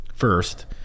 first